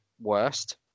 worst